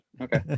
Okay